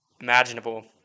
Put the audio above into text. imaginable